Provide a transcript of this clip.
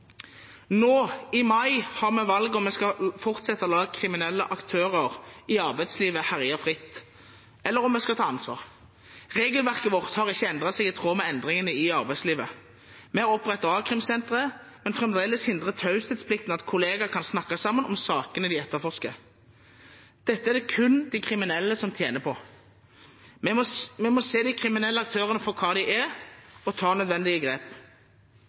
Nå, i mai, har vi valget om vi skal fortsette å la kriminelle aktører i arbeidslivet herje fritt, eller om vi skal ta ansvar. Regelverket vårt har ikke endret seg i tråd med endringene i arbeidslivet. Vi har opprettet a-krimsentre, men fremdeles hindrer taushetsplikten at kolleger kan snakke sammen om sakene de etterforsker. Dette er det kun de kriminelle som tjener på. Vi må ta de kriminelle aktørene for hva de er, og ta nødvendige grep.